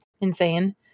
insane